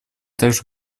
также